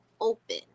open